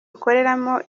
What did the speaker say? ikoreramo